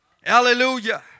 Hallelujah